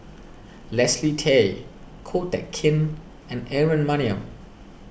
Leslie Tay Ko Teck Kin and Aaron Maniam